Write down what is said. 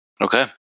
Okay